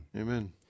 Amen